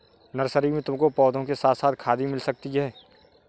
nursery में तुमको पौधों के साथ साथ खाद भी मिल सकती है